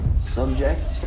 subject